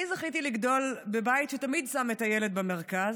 אני זכיתי לגדול בבית שתמיד שם את הילד במרכז.